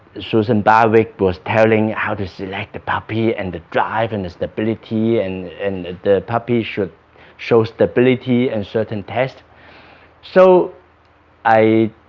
susan barwig was telling how to select a puppy and the drive and the stability and and the puppy should show stability in certain tests so i